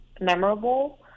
memorable